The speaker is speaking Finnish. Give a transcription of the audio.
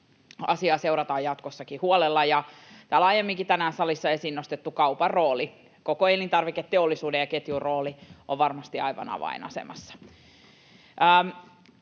Asiaa seurataan jatkossakin huolella. Ja tämä laajemminkin tänään salissa esiin nostettu kaupan rooli, koko elintarviketeollisuuden ja ‑ketjun rooli, on varmasti aivan avainasemassa.